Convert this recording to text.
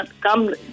Come